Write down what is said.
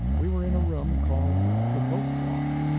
we were in a room called the rope-walk.